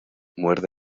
muerde